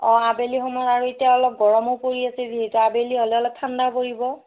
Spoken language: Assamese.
অঁ আবেলি সময় আৰু এতিয়া অলপ গৰমো পৰি আছে যিহেতু আবেলি হ'লে অলপ ঠাণ্ডা পৰিব